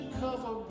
cover